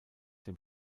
dem